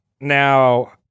Now